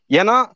Yana